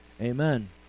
Amen